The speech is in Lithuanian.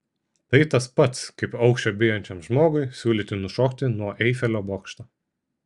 tai tas pats kaip aukščio bijančiam žmogui siūlyti nušokti nuo eifelio bokšto